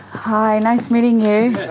hi, nice meeting you,